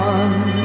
one